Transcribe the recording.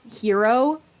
hero